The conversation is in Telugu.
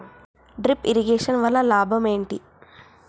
డ్రిప్ ఇరిగేషన్ వల్ల లాభం ఏంటి?